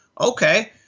Okay